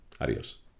Adios